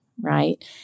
right